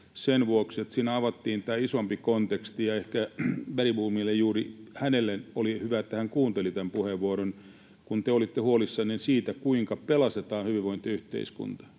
sen vuoksi, että siinä avattiin tämä isompi konteksti. Ehkä Bergbomille, juuri hänelle, oli hyvä, että hän kuunteli tämän puheenvuoron — te kun olitte huolissanne siitä, kuinka pelastetaan hyvinvointiyhteiskunta.